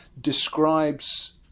describes